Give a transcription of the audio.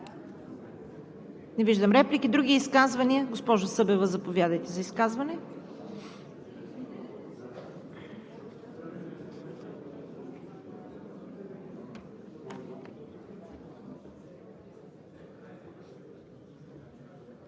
транспортните фирми, туроператорите ги използват и трябва да им намерим някъде законодателно място. Благодаря Ви. ПРЕДСЕДАТЕЛ ЦВЕТА КАРАЯНЧЕВА: Благодаря, господин Свиленски. Реплики? Не виждам. Други изказвания? Госпожо Събева, заповядайте за изказване.